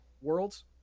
worlds